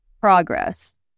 progress